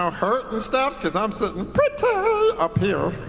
hurt and stuff? because i'm sitting pretty up here.